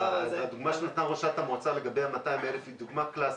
הדוגמה שנתנה ראשת המועצה לגבי ה-200,000 היא דוגמה קלאסית.